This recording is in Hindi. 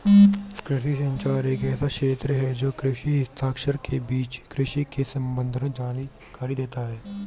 कृषि संचार एक ऐसा क्षेत्र है जो कृषि हितधारकों के बीच कृषि से संबंधित जानकारी देता है